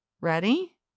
Ready